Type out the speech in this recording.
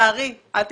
לצערי אל תכעסו,